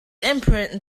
imprint